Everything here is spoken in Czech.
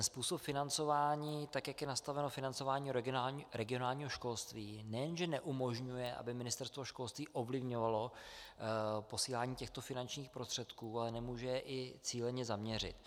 Způsob financování, tak jak je nastaveno financování regionálního školství, nejenže neumožňuje, aby Ministerstvo školství ovlivňovalo posílání těchto finančních prostředků, ale nemůže je ani cíleně zaměřit.